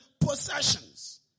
possessions